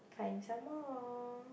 find some more